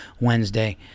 Wednesday